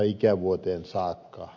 ikävuoteen saakka